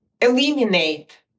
eliminate